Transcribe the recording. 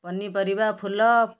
ପନିପରିବା ଫୁଲ